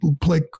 play